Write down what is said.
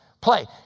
Play